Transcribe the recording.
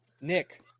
Nick